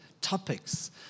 topics